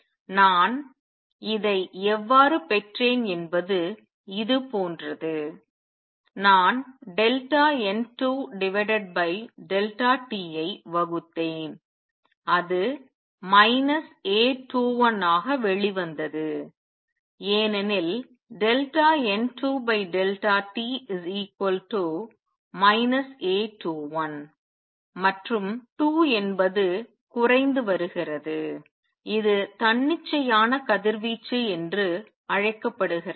நான் இதை எவ்வாறு பெற்றேன் என்பது இது போன்றது நான் N2t ஐ வகுத்தேன் அது A21 ஆக வெளிவந்தது ஏனெனில் N2t A21 மற்றும் 2 என்பது குறைந்து வருகிறது இது தன்னிச்சையான கதிர்வீச்சு என்று அழைக்கப்படுகிறது